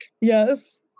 Yes